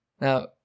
Now